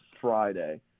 Friday